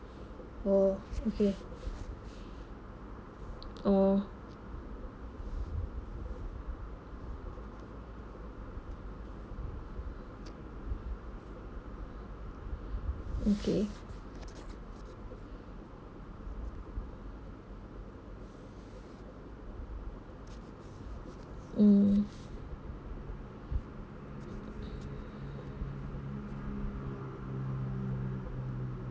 oh okay oh okay mm